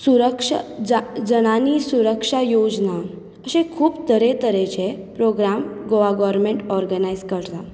सुरक्ष जा जनानी सुरक्षा योजना अशे खूब तरे तरेचे प्रोग्राम गोवा गोरमॅण्ट ऑर्गनायज करता